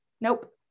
Nope